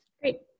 Great